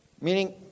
Meaning